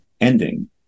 ending